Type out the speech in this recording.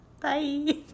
Bye